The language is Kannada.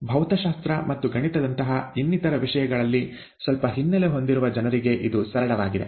ಭೌತಶಾಸ್ತ್ರ ಮತ್ತು ಗಣಿತದಂತಹ ಇನ್ನಿತರ ವಿಷಯಗಳಲ್ಲಿ ಸ್ವಲ್ಪ ಹಿನ್ನೆಲೆ ಹೊಂದಿರುವ ಜನರಿಗೆ ಇದು ಸರಳವಾಗಿದೆ